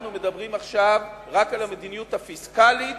אנחנו מדברים עכשיו רק על המדיניות הפיסקלית.